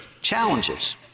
challenges